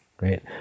right